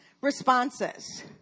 responses